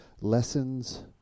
lessons